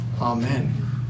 Amen